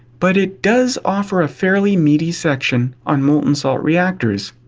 but it does offer a fairly meaty section on molten salt reactors.